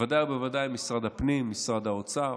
ודאי וודאי משרד הפנים, משרד האוצר,